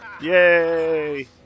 Yay